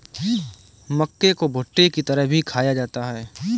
मक्के को भुट्टे की तरह भी खाया जाता है